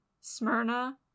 Smyrna